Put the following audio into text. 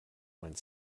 went